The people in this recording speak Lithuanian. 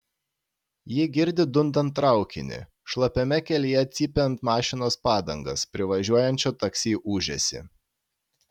ji girdi dundant traukinį šlapiame kelyje cypiant mašinos padangas privažiuojančio taksi ūžesį